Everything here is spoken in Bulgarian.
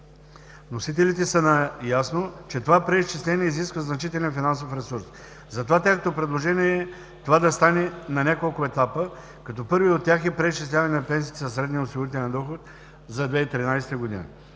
Вносителите са наясно, че това преизчисление изисква значителен финансов ресурс. Затова тяхното предложение е това да стане на няколко етапа, като първият от тях е преизчисляване на пенсиите със средния осигурителен доход за 2013 г.